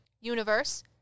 universe